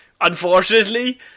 unfortunately